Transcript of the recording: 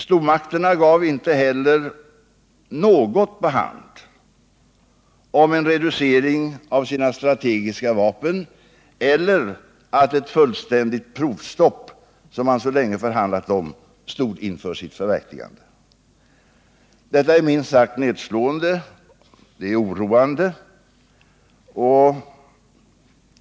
Stormakterna gav inte heller något på hand om en reducering av sina strategiska vapen eller om att ett fullständigt provstopp, som man så länge förhandlat om, stod inför sitt förverkligande. Detta är minst sagt nedslående och oroande.